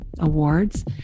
Awards